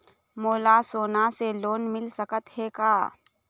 मोला सोना से लोन मिल सकत हे का?